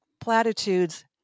platitudes